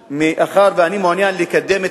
התפיסה, לא מוכנים לשנות ולהתאים את